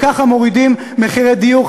ככה מורידים מחירי דיור.